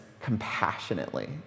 compassionately